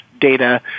data